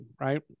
right